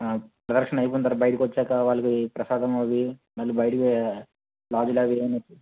దర్శనం అయిపోయిన తర్వాత బైటకి వచ్చాకా వాళ్ళకి ఆ ప్రసాదం అవీ మళ్ళీ బైటికి లాడ్జ్లవీ